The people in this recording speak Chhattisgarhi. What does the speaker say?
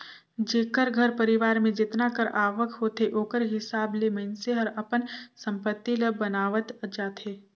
जेकर घर परिवार में जेतना कर आवक होथे ओकर हिसाब ले मइनसे हर अपन संपत्ति ल बनावत जाथे